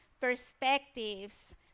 perspectives